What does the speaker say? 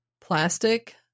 plastic